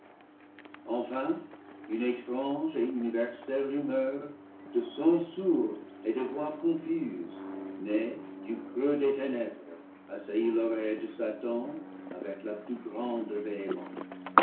enfin une étrange et universelle rumeur de sons sourds et de voix confuses née du creux des ténèbres assaillit l'oreille de satan avec la plus grande